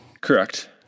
Correct